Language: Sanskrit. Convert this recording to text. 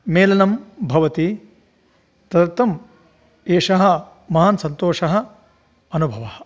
मेलनं भवति तदर्थम् एषः महान् सन्तोषः अनुभवः